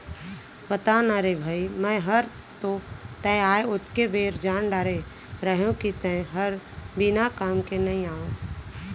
बता ना रे भई मैं हर तो तैं आय ओतके बेर जान डारे रहेव कि तैं हर बिना काम के नइ आवस